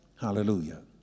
Hallelujah